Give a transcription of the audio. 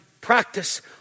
practice